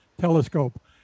telescope